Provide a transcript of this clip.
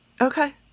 Okay